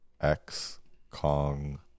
X-Kong